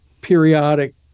periodic